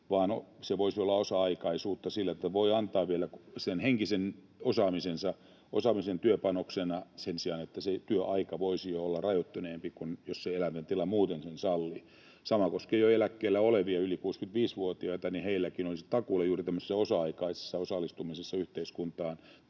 Se voisi olla osa-aikaisuutta sillä tavalla, että voi antaa vielä sen henkisen osaamisensa työpanoksena niin, että se työaika voisi olla rajoittuneempi, jos se elämäntilanne muuten sen sallii. Sama koskee jo eläkkeellä olevia yli 65-vuotiaita: heilläkin olisi takuulla juuri tämmöisessä osa-aikaisessa osallistumisessa yhteiskuntaan